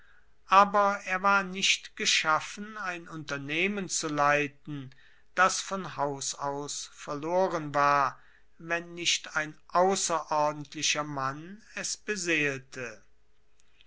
aber er war nicht geschaffen ein unternehmen zu leiten das von haus aus verloren war wenn nicht ein ausserordentlicher mann es beseelte